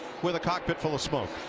with the cockpit full of smoke.